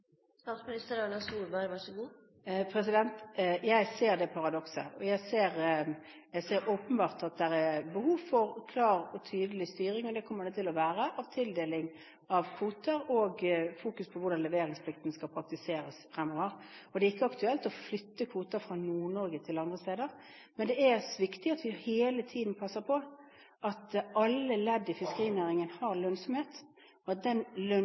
og jeg ser at det åpenbart er behov for klar og tydelig styring av tildeling av kvoter, og det kommer det til å være, og det vil være fokus på hvordan leveringsplikten skal praktiseres fremover. Det er ikke aktuelt å flytte kvoter fra Nord-Norge til andre steder, men det er viktig at vi hele tiden passer på at alle ledd i fiskerinæringen har lønnsomhet. Det å skape arbeidsplasser som også kan være arbeidsplasser utenom hovedsesongen, er